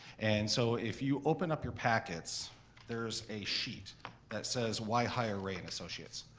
and so if you open up your packets there's a sheet that says why hire ray and associates?